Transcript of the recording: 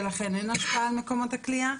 ולכן אין השפעה על מקומות הכליאה.